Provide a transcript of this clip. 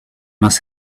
must